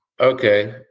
Okay